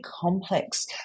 complex